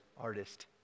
artist